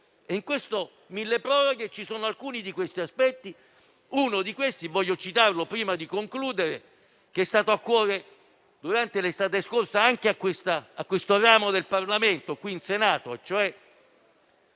milleproroghe ci sono alcuni di questi aspetti. Uno di questi - voglio citarlo prima di concludere - è stato a cuore, durante l'estate scorsa, anche a questo ramo del Parlamento, qui in Senato: